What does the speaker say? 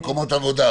מקומות עבודה.